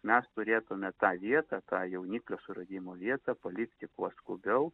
mes turėtume tą vietą tą jauniklio suradimo vietą palikti kuo skubiau